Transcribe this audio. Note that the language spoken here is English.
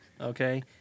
okay